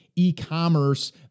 e-commerce